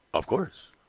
of course!